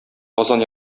казан